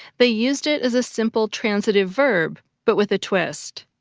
they used it as a simple transitive verb, but with a twist.